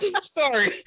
sorry